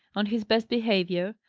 on his best behaviour,